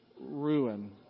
ruin